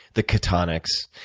the ketonics,